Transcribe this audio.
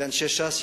ואנשי ש"ס,